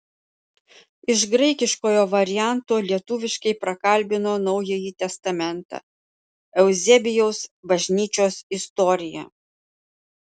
iš graikiškojo varianto lietuviškai prakalbino naująjį testamentą euzebijaus bažnyčios istoriją